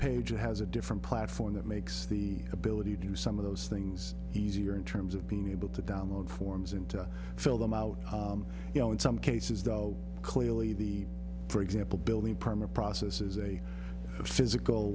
page that has a different platform that makes the ability to do some of those things easier in terms of being able to download forms into fill them out you know in some cases though clearly the for example building permit process is a physical